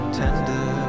tender